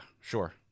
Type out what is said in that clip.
sure